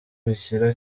bishyira